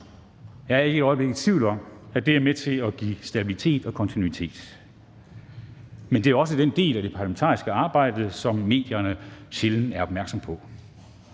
Jeg er ikke et øjeblik i tvivl om, at det er med til at give stabilitet og kontinuitet, men det er også den del af det parlamentariske arbejde, som medierne sjældent er opmærksom på.